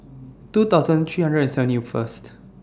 two thousand three hundred and seventy First